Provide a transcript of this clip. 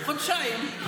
חודשיים.